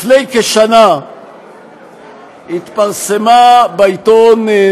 לפני כשנה התפרסמה בעיתון,